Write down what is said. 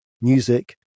music